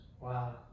Wow